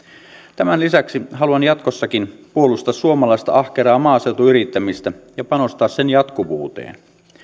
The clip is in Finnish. tämän lisäksi haluan jatkossakin puolustaa suomalaista ahkeraa maaseutuyrittämistä ja panostaa sen jatkuvuuteen